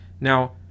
Now